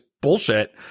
bullshit